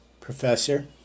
professor